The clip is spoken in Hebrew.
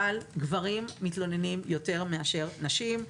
אבל גברים מתלוננים יותר מאשר נשים.